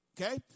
Okay